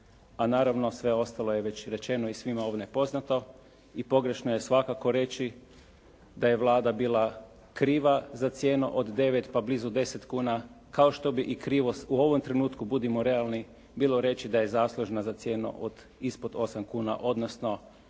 a naravno sve ostalo je već rečano i svima poznato i pogrešno je svakako reći da je Vlada bila kriva za cijenu od 9, pa blizu 10 kuna, kao što bi krivo u ovom trenutku budimo realni bilo reći da je zaslužna za cijenu od ispod 8 kuna, odnosno